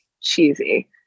cheesy